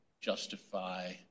justify